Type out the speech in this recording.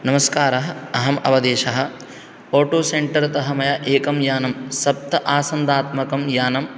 नमस्कारः अहम् अवदेशः आटोसेण्टर् तः अहम् एकं यानं सप्त आसन्दात्मकं यानं